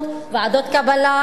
ועדות קבלה,